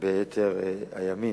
ביתר הימים.